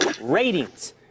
ratings